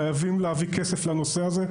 חייבים להביא כסף לנושא הזה,